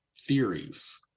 theories